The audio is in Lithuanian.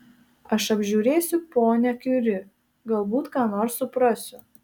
aš apžiūrėsiu ponią kiuri galbūt ką nors suprasiu